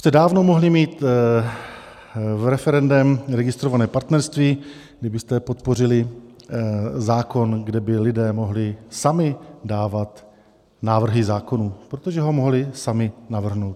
Už jste dávno mohli mít referendem registrované partnerství, kdybyste podpořili zákon, kde by lidé mohli sami dávat návrhy zákonů, protože ho mohli sami navrhnout.